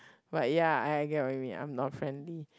but ya I get what you mean I'm not friendly